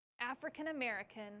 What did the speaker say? African-American